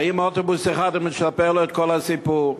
ועם אוטובוס אחד, מספר את כל הסיפור.